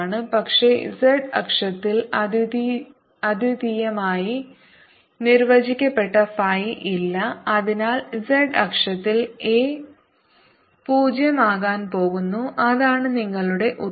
പക്ഷേ z അക്ഷത്തിൽ അദ്വിതീയമായി നിർവചിക്കപ്പെട്ട phi ഇല്ല അതിനാൽ z അക്ഷത്തിൽ A 0 ആകാൻ പോകുന്നു അതാണ് നിങ്ങളുടെ ഉത്തരം